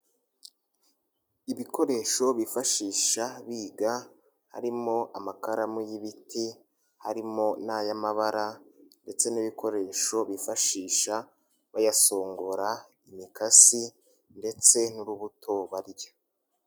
Ibikoresho bifashisha biga harimo amakaramu y'ibiti harimo n'ay'amabara ndetse n'ibikoresho bifashisha bayashongora, imikasi ndetse n'urubuto barya.